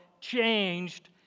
changed